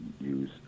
use